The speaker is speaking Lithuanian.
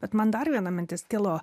bet man dar viena mintis kilo